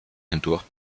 hindurch